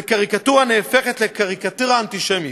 וקריקטורה הופכת לקריקטורה אנטישמית.